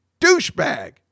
douchebag